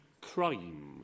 crime